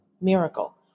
miracle